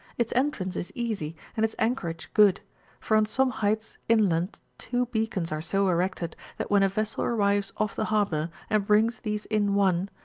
its entrance is easy, and its anchorage good for on some heights inland two beacons are so erected, that when a vessel arrives off the harbour, and brings these in one,